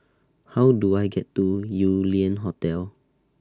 How Do I get to Yew Lian Hotel